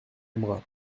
aimera